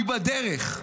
והיא בדרך,